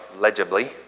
legibly